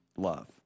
love